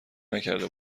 نکرده